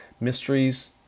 Mysteries